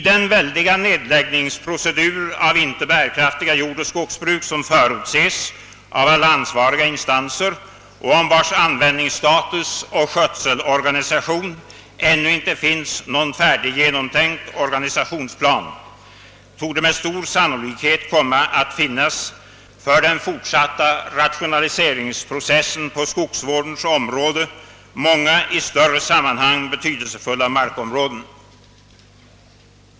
Den väldiga nedläggningsprocedur för icke-bärkraftiga jordoch skogsbruk, som förutses av alla ansvariga instanser och där beträffande blivande användningsstatus och skötselorganisation ännu icke finnes någon färdiggenomtänkt organisationsplan, torde med stor sannolikhet komma att omfatta många för den fortsatta rationaliseringsprocessen på skogsvårdens område i större sammanhang betydelsefulla markområden.